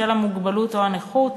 בשל המוגבלות או הנכות,